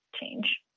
change